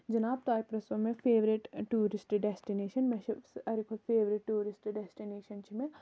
جِناب تۄہہِ پرژھوٗ مےٚ فیورِٹ ٹورِسٹہ ڈیدٹِنیشَن مےٚ چھِ ساروی کھۄتہ فیورِٹ ٹورِسٹہ ڈیدٹِنیشَن چھِ مےٚ